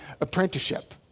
apprenticeship